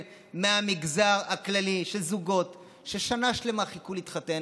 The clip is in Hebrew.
מהמגזר הכללי של זוגות ששנה שלמה חיכו להתחתן,